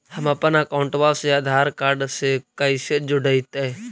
हमपन अकाउँटवा से आधार कार्ड से कइसे जोडैतै?